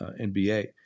NBA